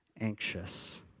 anxious